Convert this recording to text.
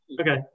Okay